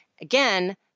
Again